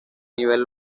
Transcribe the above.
nivel